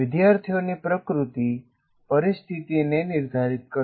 વિદ્યાર્થીઓની પ્રકૃતિ પરિસ્થિતિને નિર્ધારિત કરશે